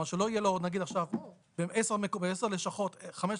שלא יהיה לו נגיד בעשר לשכות 5,000,